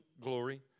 glory